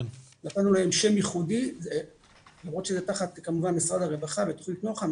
נתנו להם שם ייחודי למרות שזה תחת כמובן משרד הרווחה ותוכנית נוח"ם.